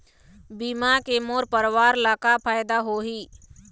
बीमा के मोर परवार ला का फायदा होही?